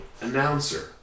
announcer